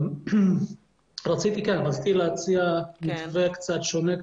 רציתי להציע מתווה קצת שונה,